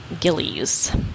Gillies